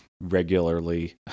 regularly